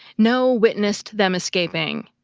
no witnessed them escaping.